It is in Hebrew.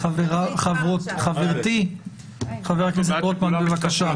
חבר הכנסת רוטמן, בבקשה.